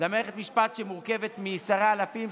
למערכת משפט שמורכבת משרי אלפים,